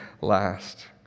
last